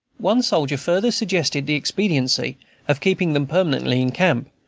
one soldier further suggested the expediency of keeping them permanently in camp,